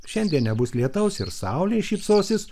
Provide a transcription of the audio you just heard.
šiandien nebus lietaus ir saulė šypsosis